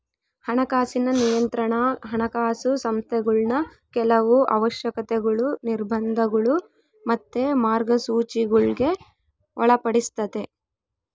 ಹಣಕಾಸಿನ ನಿಯಂತ್ರಣಾ ಹಣಕಾಸು ಸಂಸ್ಥೆಗುಳ್ನ ಕೆಲವು ಅವಶ್ಯಕತೆಗುಳು, ನಿರ್ಬಂಧಗುಳು ಮತ್ತೆ ಮಾರ್ಗಸೂಚಿಗುಳ್ಗೆ ಒಳಪಡಿಸ್ತತೆ